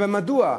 ומדוע?